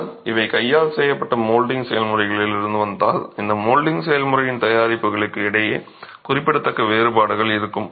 ஆனால் இவை கையால் செய்யப்பட்ட மோல்டிங் செயல்முறைகளிலிருந்து வந்தால் இந்த மோல்டிங் செயல்முறையின் தயாரிப்புகளுக்கு இடையே குறிப்பிடத்தக்க வேறுபாடுகள் இருக்கும்